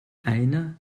einer